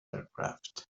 aircraft